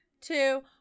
two